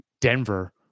Denver